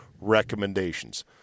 recommendations